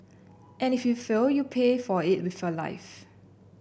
and if you fail you pay for it with your life